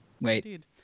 wait